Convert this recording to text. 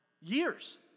Years